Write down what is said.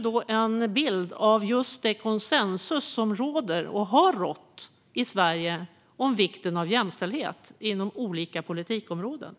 kan vara en bild av just den konsensus som råder och har rått i Sverige om vikten av jämställdhet inom olika politikområden.